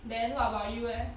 then what about you eh